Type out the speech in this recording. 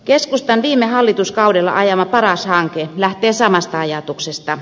keskustan viime hallituskaudella ajama paras hanke lähtee samasta ajatuksesta